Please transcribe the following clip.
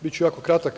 Biću jako kratak.